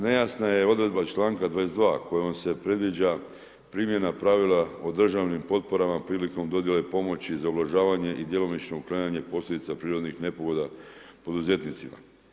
Nejasna je odredba članka 22. kojom se predviđa primjena pravila o državnim potporama prilikom dodjele pomoći za ublažavanje i djelomično uklanjanje posljedica prirodnih nepogoda poduzetnicima.